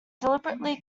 deliberately